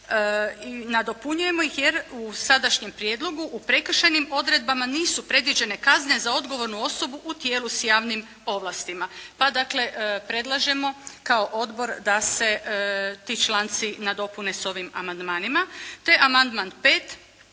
nadopunjujemo ih jer u sadašnjem prijedlogu u prekršajnim odredbama nisu predviđene kazne za odgovornu osobu u tijelu s javnim ovlastima. Dakle, predlažemo kao odbor da se ti članci nadopune s ovim amandmanima.